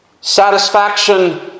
Satisfaction